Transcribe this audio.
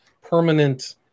permanent